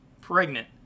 pregnant